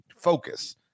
focus